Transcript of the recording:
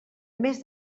més